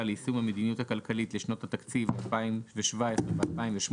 ליישום המדיניות הכלכלית לשנות התקציב 2017 ו-2018),